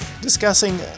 discussing